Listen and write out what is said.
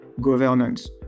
governance